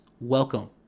welcome